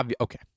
Okay